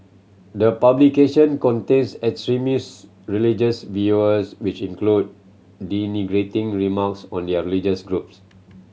the publication contains extremist religious viewers which include denigrating remarks on their religious groups